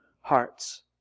hearts